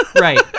Right